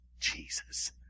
Jesus